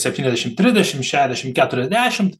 septyniasdešim trisdešim šešiasdešim keturiasdešim